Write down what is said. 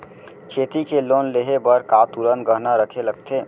खेती के लोन लेहे बर का तुरंत गहना रखे लगथे?